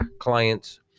clients